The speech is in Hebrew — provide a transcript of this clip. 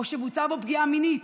או שבוצעה בו פגיעה מינית,